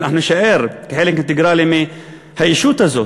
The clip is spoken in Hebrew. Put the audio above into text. אנחנו נישאר חלק אינטגרלי של הישות הזאת,